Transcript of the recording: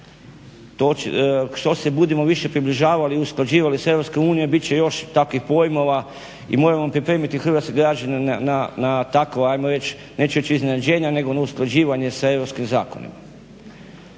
Što se budemo više približavali i usklađivali sa EU bit će još takvih pojmova i moramo pripremiti hrvatske građane na tako ajmo reći na iznenađenja, nego usklađivanje s europskim zakonima.